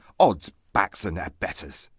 odds backs and abettors!